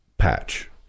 Patch